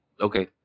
Okay